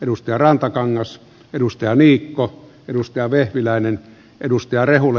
edustajat rantakangas niikko vehviläinen ja rehula